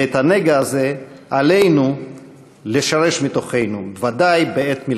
ואת הנגע הזה עלינו לשרש מתוכנו, ודאי בעת מלחמה.